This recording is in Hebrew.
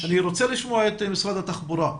אני רוצה לשמוע את משרד התחבורה.